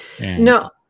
No